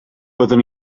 byddwn